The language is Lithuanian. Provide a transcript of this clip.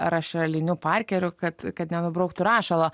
rašaliniu parkeriu kad kad nenubrauktų rašalo